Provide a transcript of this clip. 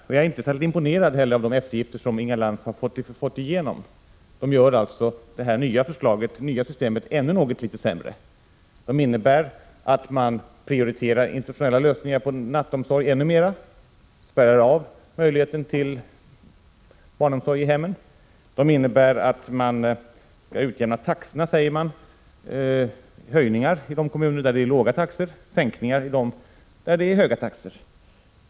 Jag är inte heller särskilt imponerad av de eftergifter som Inga Lantz har fått igenom. De gör det nya föreslagna systemet ännu något sämre än det ursprungliga förslaget. Detta innebär att man prioriterar institutionella lösningar vad gäller nattomsorg ännu mer, spärrar av möjligheten till barnomsorg i hemmen. Det sägs att taxorna skall utjämnats. Det blir höjningar i de kommuner där det är låga taxor, sänkningar i kommuner där det är höga taxor.